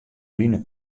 line